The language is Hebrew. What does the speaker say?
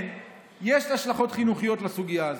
יש השלכות חינוכיות לסוגיה הזו.